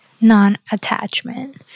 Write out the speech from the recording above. non-attachment